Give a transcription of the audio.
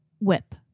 whip